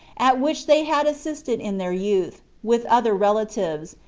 at which they had assisted in their youth, with other relatives,